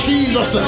Jesus